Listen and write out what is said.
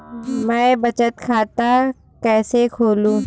मैं बचत खाता कैसे खोलूं?